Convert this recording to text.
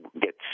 get